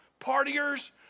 partiers